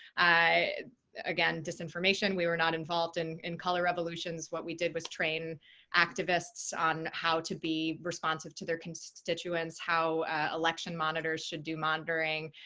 again, disinformation. we were not involved in in color revolutions. what we did was train activists on how to be responsive to their constituents, how election monitors should do monitoring.